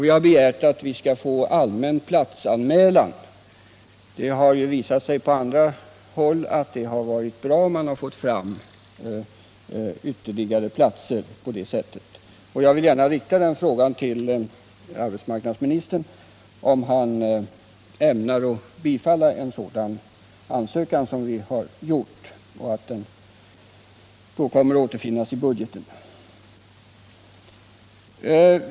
Vi har begärt att vi skall få allmän platsanmälan, vilket har visat sig vara bra på andra håll — man har fått fram ytterligare platser på det sättet. Jag vill gärna rikta frågan till arbetsmarknadsministern, om han ämnar bifalla vår ansökan och om den kommer att återfinnas i budgeten.